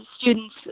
students